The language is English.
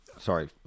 sorry